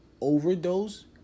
overdose